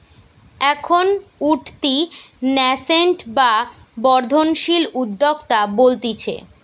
এখন উঠতি ন্যাসেন্ট বা বর্ধনশীল উদ্যোক্তা বলতিছে